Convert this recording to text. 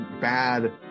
bad